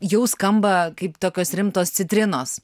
jau skamba kaip tokios rimtos citrinos